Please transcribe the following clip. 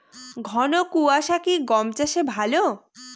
ঘন কোয়াশা কি গম চাষে ভালো?